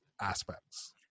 aspects